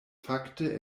fakte